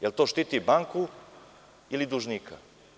Jel to štiti banku ili dužnika?